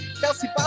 Kelsey